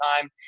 time